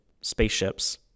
spaceships